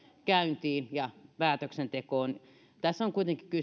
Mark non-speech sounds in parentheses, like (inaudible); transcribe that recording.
käyntiin ja päätöksentekoon tässä on kuitenkin (unintelligible)